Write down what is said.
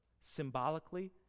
symbolically